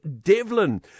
Devlin